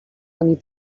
ani